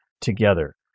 together